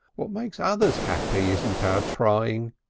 what makes others happy isn't our trying.